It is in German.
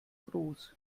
groß